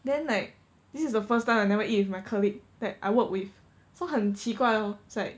then like this is the first time I never eat with my colleague that I work with so 很奇怪 lor it's like